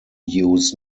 use